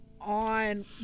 on